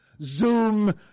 Zoom